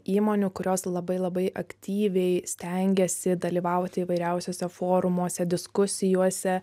įmonių kurios labai labai aktyviai stengiasi dalyvauti įvairiausiuose forumuose diskusijose